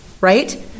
right